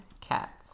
cats